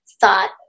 thought